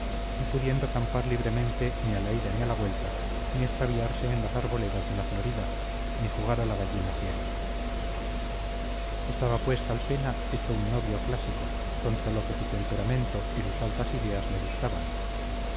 no pudiendo campar libremente ni a la ida ni a la vuelta ni extraviarse en las arboledas de la florida ni jugar a la gallina ciega estaba pues calpena hecho un novio clásico contra lo que su temperamento y sus altas ideas le dictaban